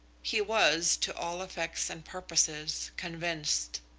he was, to all effects and purposes, convinced.